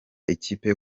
ikipe